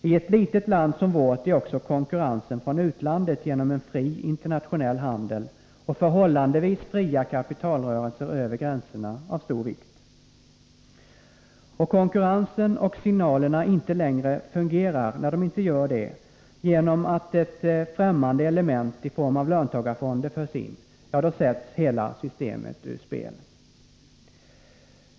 I ett litet land som vårt är också konkurrensen från utlandet genom en fri internationell handel och förhållandevis fria kapitalrörelser över gränserna av stor vikt. När konkurrensen och signalerna inte längre fungerar — genom att ett främmande element i form av löntagarfonder förs in — sätts hela systemet ur spel.